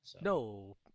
No